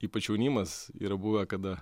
ypač jaunimas yra buvę kada